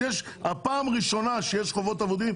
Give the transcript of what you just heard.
פעם ראשונה שיש חובות אבודים,